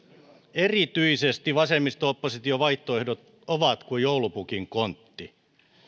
erityisesti vasemmisto opposition vaihtoehdot ovat kuin joulupukin kontti